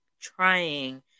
trying